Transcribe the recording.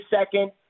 second